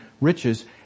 riches